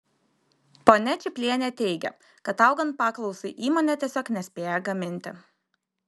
ponia čiplienė teigia kad augant paklausai įmonė tiesiog nespėja gaminti